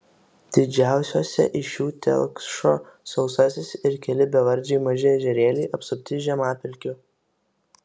didžiausiose iš jų telkšo sausasis ir keli bevardžiai maži ežerėliai apsupti žemapelkių